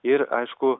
ir aišku